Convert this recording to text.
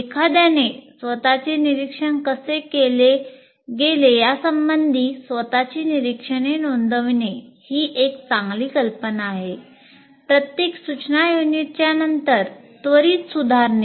एखाद्याने स्वतःचे निरीक्षण कसे केले गेले यासंबंधी स्वत ची निरीक्षणे नोंदविणे ही एक चांगली कल्पना आहे प्रत्येक सूचना युनिटच्या नंतर त्वरित सुधारणे